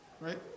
right